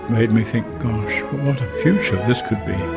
made me think, gosh, what a future this could be.